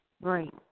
Right